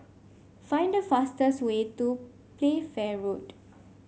find the fastest way to Playfair Road